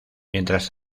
mientras